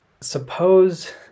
Suppose